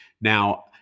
Now